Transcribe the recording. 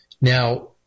Now